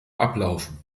ablaufen